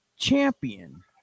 champion